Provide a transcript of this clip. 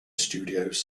studios